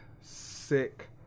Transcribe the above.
sick